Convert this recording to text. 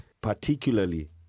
particularly